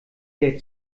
der